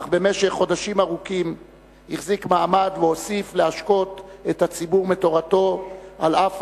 אך במשך חודשים ארוכים החזיק מעמד והוסיף להשקות את הציבור מתורתו על אף